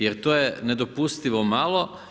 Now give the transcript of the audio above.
Jer to je nedopustivo malo.